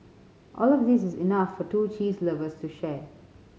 all of these is enough for two cheese lovers to share